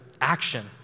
action